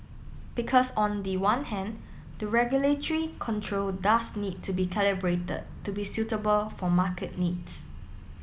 because on the one hand the regulatory control does need to be calibrated to be suitable for market needs